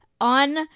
on